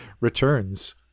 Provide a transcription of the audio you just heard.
returns